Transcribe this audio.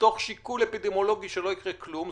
מתוך שיקול אפידמיולוגי שלא ייקרה כלום,